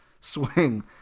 swing